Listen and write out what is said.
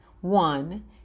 One